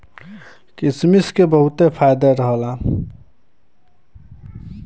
किसमिस क बहुते फायदा रहला